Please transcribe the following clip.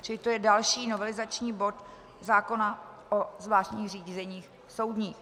To je další novelizační bod zákona o zvláštních řízeních soudních.